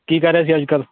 ਕੀ ਕਰ ਰਿਆ ਸੀ ਅੱਜ ਕੱਲ੍ਹ